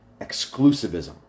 exclusivism